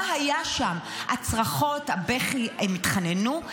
מה היה שם, הצרחות, הבכי, הם התחננו?